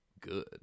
good